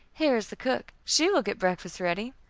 here is the cook, she will get breakfast ready.